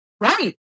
Right